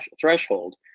threshold